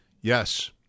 Yes